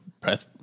press